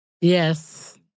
Yes